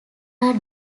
are